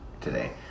today